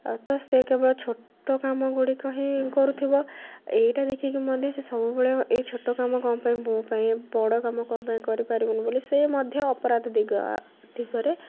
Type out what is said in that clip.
ଆଉ ତ ସେ କେବଳ ଛୋଟ କାମ ଗୁଡ଼ିକ ହିଁ କରୁଥିବ ଏଇଟା ଦେଖିକି ମଧ୍ୟ ସେ ସବୁବେଳେ ଏଇ ଛୋଟ କାମ କ'ଣ ପାଇଁ ମୋ ପାଇଁ ବଡ଼ କାମ କ'ଣ ପାଇଁ କରିପାରିବୁନି ବୋଲି ସେ ମଧ୍ୟ ଅପରାଧ ଦିଗ ଦିଗରେ